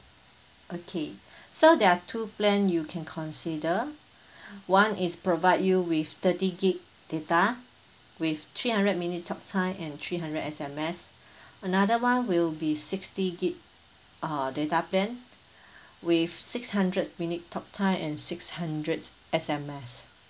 okay so there are two plan you can consider one is provide you with thirty gig data with three hundred minute talk time and three hundred S_M_S another one will be sixty gig uh data plan with six hundred minute talk time and six hundred S_M_S